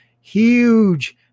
huge